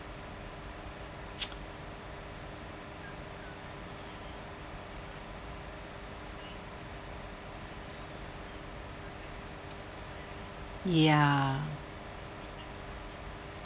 ya